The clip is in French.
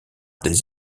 des